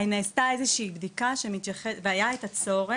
נעשתה איזו שהיא בדיקה שמתייחסת לזה והיה את הצורך,